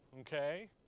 okay